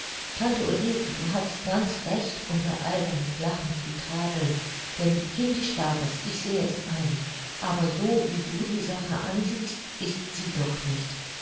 tante ulrike du hattest ganz recht unser albernes lachen zu tadeln denn kindisch war es ich sehe es ein aber so wie du die sache ansiehst ist sie doch nicht